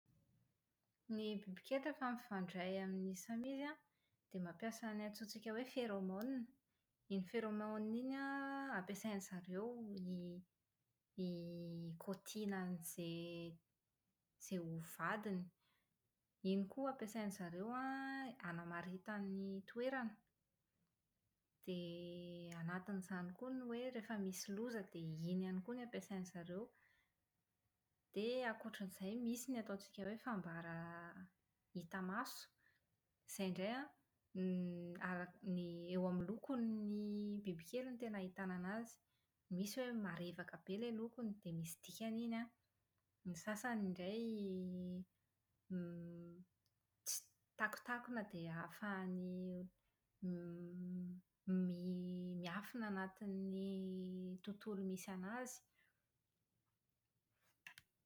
Ny bibikely rehefa mifandray amin'izy samy izy an, dia mampiasa ny antsointsika hoe phéromones. Iny phéromone iny an ampiasaindry zareo hi- hikaotiana an'izay izay ho vadiny. Iny koa ampiasaindry zareo an, hanamaritany ny toerana. Dia anatin'izany koa ny hoe rehefa misy loza dia iny ihany koa no ampiasaindry zareo. Dia ankoatra an'izay misy ny ataontsika hoe fambara hita maso, izay indray an > arak- ny eo amin'ny lokon'ny bibikely no tena ahitana an'azy. Misy hoe tena marevaka be ny lokony dia misy dikany iny an, ny sasany indray an takotakona dia ahafahanay mi- mihafina anatin'ny tontolo misy an'azy.